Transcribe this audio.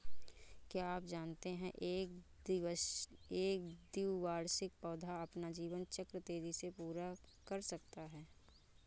क्या आप जानते है एक द्विवार्षिक पौधा अपना जीवन चक्र तेजी से पूरा कर सकता है?